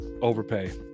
Overpay